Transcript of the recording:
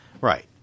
right